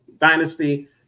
Dynasty